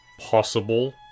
possible